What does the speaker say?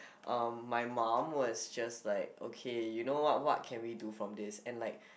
uh my mum was just like okay you know what what can we do from this and like